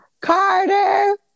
Carter